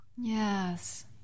Yes